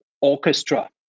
orchestra